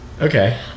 Okay